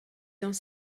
dans